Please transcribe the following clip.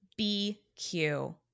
BQ